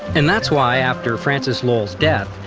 and that's why, after francis lowell's death,